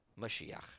Mashiach